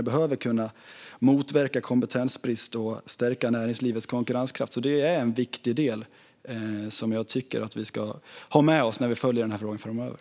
Det behöver kunna motverka kompetensbrist och stärka näringslivets konkurrenskraft. Detta är en viktig del som jag tycker att vi ska ha med oss när vi följer denna fråga framöver.